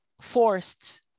forced